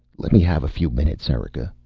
let me have a few minutes, erika,